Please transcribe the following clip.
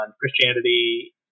Christianity